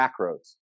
macros